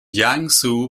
jiangsu